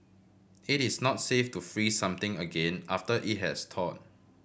it is not safe to freeze something again after it has thawed